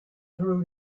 through